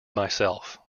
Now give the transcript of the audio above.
myself